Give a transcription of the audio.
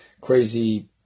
crazy